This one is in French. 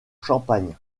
champagne